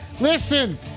Listen